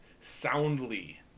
soundly –